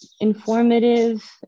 informative